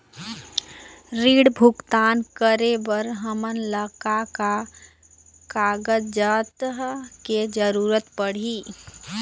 ऋण भुगतान करे बर हमन ला का का कागजात के जरूरत पड़ही?